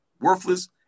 worthless